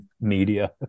media